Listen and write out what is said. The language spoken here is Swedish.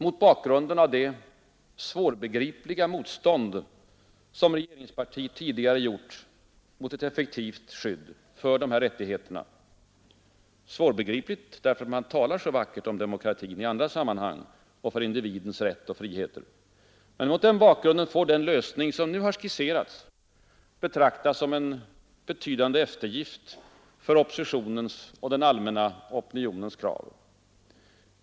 Mot bakgrunden av det svårbegripliga motstånd som regeringspartiet tidigare gjort mot ett effektivt skydd för dessa rättigheter — svårbegripligt därför att man i andra sammanhang talar så vackert om demokratin och om individens rätt och frihet får den lösning som nu skisserats betraktas som en betydande eftergift för oppositionens och den allmänna opinionens krav.